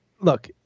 look